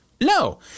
No